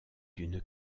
d’une